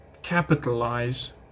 capitalize